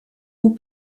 haut